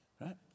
Right